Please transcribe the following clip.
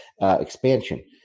expansion